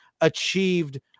achieved